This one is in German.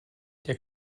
der